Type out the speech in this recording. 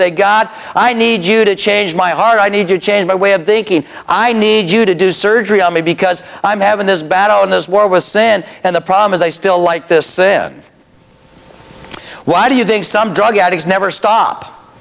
a god i need you to change my heart i need to change my way of thinking i need you to do surgery on me because i'm having this battle in this war was sin and the problem is i still like this then why do you think some drug addicts never stop